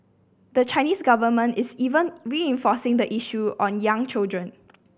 the Chinese government is even reinforcing the issue on young children